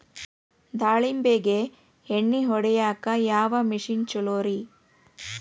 ದಾಳಿಂಬಿಗೆ ಎಣ್ಣಿ ಹೊಡಿಯಾಕ ಯಾವ ಮಿಷನ್ ಛಲೋರಿ?